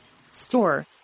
store